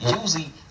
usually